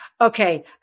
Okay